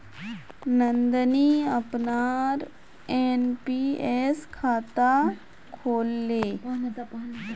नंदनी अपनार एन.पी.एस खाता खोलले